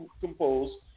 composed